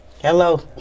Hello